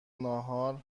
ناهار